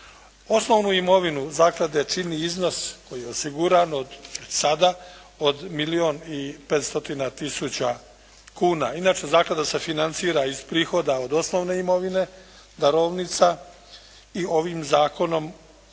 Osnovnu imovinu zaklade čini iznos koji je osiguran od sada od milijun i 5 stotina tisuća kuna. Inače zaklada se financira iz prihoda od osnovne imovine, darovnica i ovim Zakonom